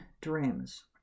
dreams